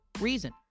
reason